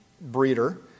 breeder